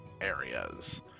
areas